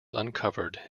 uncovered